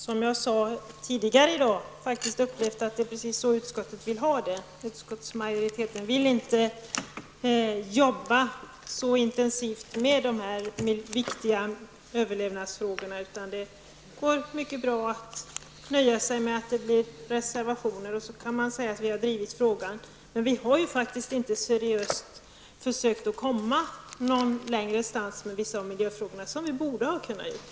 Som jag sade tidigare i dag har jag upplevt att det är precis så utskottet vill ha det: utskottsmajoriteten vill inte jobba så intensivt med de här viktiga överlevnadsfrågorna, utan man nöjer sig med att avge reservationer, och så kan man säga att man har drivit frågan. Men vi har ju inte seriöst försökt komma så långt med vissa av miljöfrågorna som vi borde ha kunnat göra.